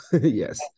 Yes